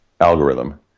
algorithm